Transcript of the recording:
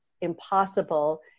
impossible